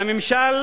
והממשל